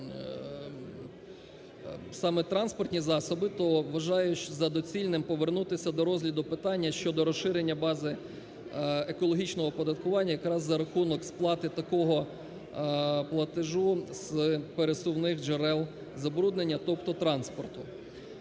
саме транспортні засоби, то вважаю за доцільне повернутися до розгляду питання щодо розширення бази екологічного оподаткування якраз за рахунок сплати такого платежу з пересувних джерел забруднення, тобто транспорту.